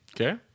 Okay